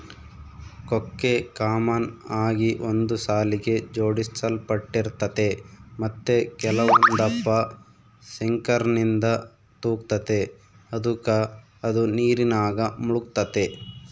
ಕೊಕ್ಕೆ ಕಾಮನ್ ಆಗಿ ಒಂದು ಸಾಲಿಗೆ ಜೋಡಿಸಲ್ಪಟ್ಟಿರ್ತತೆ ಮತ್ತೆ ಕೆಲವೊಂದಪ್ಪ ಸಿಂಕರ್ನಿಂದ ತೂಗ್ತತೆ ಅದುಕ ಅದು ನೀರಿನಾಗ ಮುಳುಗ್ತತೆ